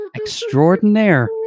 extraordinaire